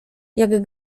jak